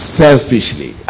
selfishly